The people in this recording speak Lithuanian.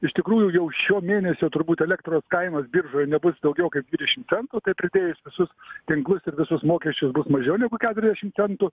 iš tikrųjų jau šio mėnesio turbūt elektros kainos biržoj nebus daugiau kaip dvidešim centų pridėjus visus tinklus ir visus mokesčius bus mažiau negu keturiasdešim centų